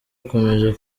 ukomeje